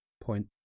point